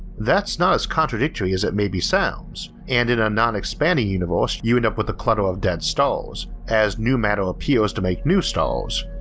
that's not as contradictory as it maybe sounds, and in a non-expanding universe you end up with clutter of dead stars, as new matter appears to make new stars,